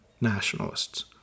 nationalists